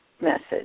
message